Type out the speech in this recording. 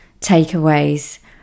takeaways